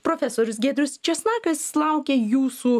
profesorius giedrius česnakas laukia jūsų